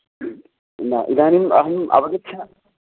न इदानीम् अहम् अवगच्छामि